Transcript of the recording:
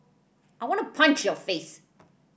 I want to punch your face